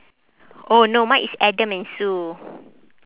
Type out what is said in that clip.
oh no mine is adam and sue